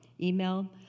email